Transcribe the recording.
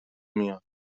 میان